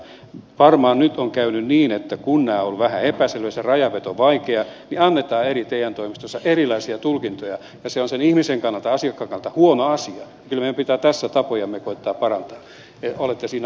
varmaan nyt on käynyt niin että kun nämä ovat oleet vähän epäselvät se rajanveto on vaikeaa niin annetaan eri te toimistoissa erilaisia tulkintoja ja se on sen ihmisen kannalta asiakkaan kannalta huono asia